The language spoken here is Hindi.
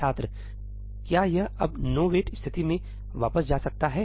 छात्र क्या यह अब नोवेट स्थिति में वापस जा सकता है